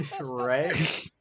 Right